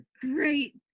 Great